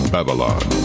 Babylon